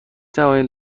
توانید